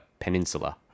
peninsula